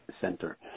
Center